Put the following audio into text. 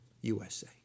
USA